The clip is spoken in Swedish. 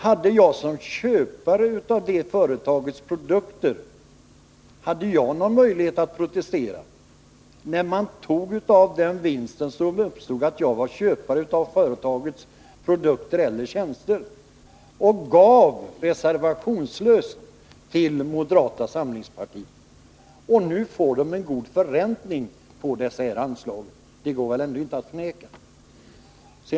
Hade jag som köpare av ett företags produkter någon möjlighet att protestera, när man tog av den vinst som uppstod genom att jag var köpare av företagets produkter eller tjänster, och reservationslöst gav pengar till moderata samlingspartiet? Nu får de en god förräntning på de här anslagen; det går väl ändå inte att förneka.